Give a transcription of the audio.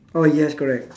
oh yes correct